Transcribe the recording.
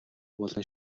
болон